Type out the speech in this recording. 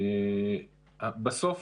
בסוף